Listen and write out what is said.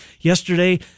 yesterday